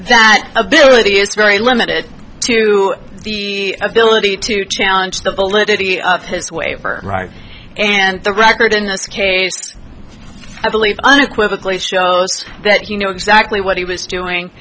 that ability is very limited to the ability to challenge the validity of his waiver right and the record in this case i believe unequivocally shows that you know exactly what he was